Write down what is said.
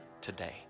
today